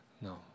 no